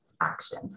action